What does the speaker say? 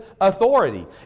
authority